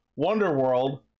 Wonderworld